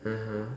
(uh huh)